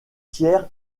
tiers